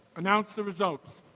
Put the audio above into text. announce the results.